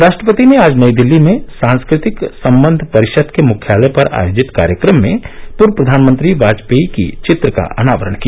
राष्ट्रपति ने आज नई दिल्ली में सांस्कृतिक संबंध परिषद के मुख्यालय पर आयोजित कार्यक्रम में पूर्व प्रधानमंत्री वाजपेयी की चित्र का अनावरण किया